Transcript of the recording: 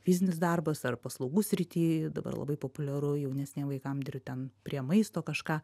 fizinis darbas ar paslaugų srity dabar labai populiaru jaunesniem vaikam dirbt ten prie maisto kažką